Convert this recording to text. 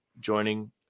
joining